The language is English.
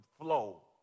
flow